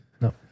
No